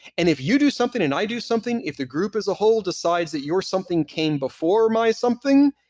and if you do something and i do something, if the group as a whole decides that your something came before my something,